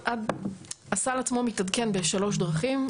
הסל עצמו מתעדכן בשלוש דרכים.